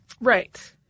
Right